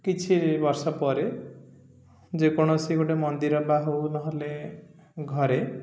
କିଛି ବର୍ଷ ପରେ ଯେକୌଣସି ଗୋଟେ ମନ୍ଦିର ବା ହଉ ନହେଲେ ଘରେ